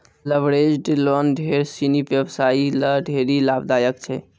leveraged loan ढेर सिनी व्यवसायी ल ढेरी लाभदायक छै